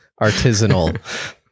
artisanal